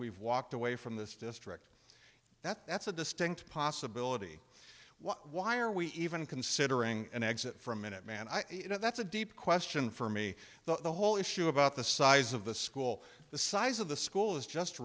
we've walked away from this district that's a distinct possibility why why are we even considering an exit from minuteman i know that's a deep question for me the whole issue about the size of the school the size of the school is just